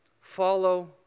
follow